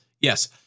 Yes